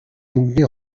мөнгөний